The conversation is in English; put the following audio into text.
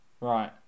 Right